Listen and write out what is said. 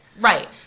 Right